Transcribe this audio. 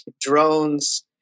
drones